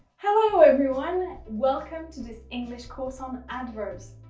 hello, everyone. welcome to this english course on adverbs.